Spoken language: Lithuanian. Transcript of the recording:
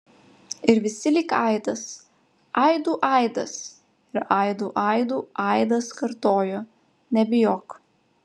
ir visi lyg aidas aidų aidas ir aidų aidų aidas kartojo nebijok